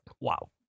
Wow